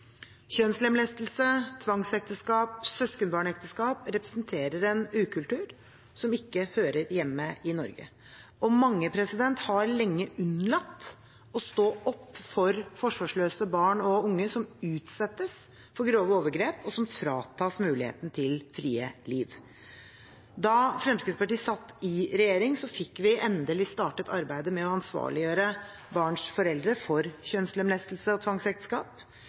Kjønnslemlestelse, tvangsekteskap og søskenbarnekteskap representerer en ukultur som ikke hører hjemme i Norge. Mange har lenge unnlatt å stå opp for forsvarsløse barn og unge som utsettes for grove overgrep, og som fratas muligheten til et fritt liv. Da Fremskrittspartiet satt i regjering, fikk vi endelig startet arbeidet med å ansvarliggjøre barnas foreldre for kjønnslemlestelse og